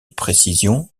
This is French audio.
précision